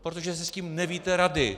Protože si s tím nevíte rady.